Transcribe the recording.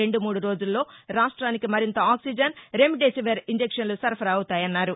రెండు మూడు రోజుల్లో రాష్ట్రానికి మరింత ఆక్సిజన్ రెమ్డెసివిర్ ఇంజక్షన్లు సరఫరా అవుతాయన్నారు